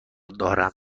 دارم